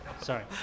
Sorry